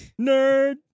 Nerd